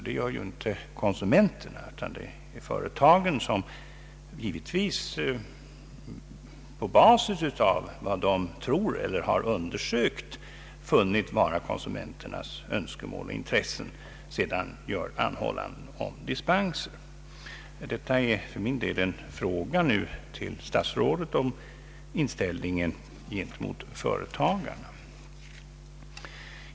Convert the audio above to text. Det gör ju inte konsumenterna, utan det är företagen som — givetvis på basis av vad de tror eller efter undersökningar har funnit vara konsumenternas önskemål och intressen — anhåller om dispenser. Detta är för min del nu en fråga till statsrådet om inställningen gentemot företagarna.